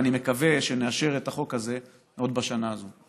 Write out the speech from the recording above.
ואני מקווה שנאשר את החוק הזה עוד בשנה הזאת.